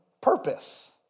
purpose